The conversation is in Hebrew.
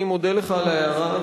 אני מודה לך על ההערה,